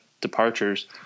departures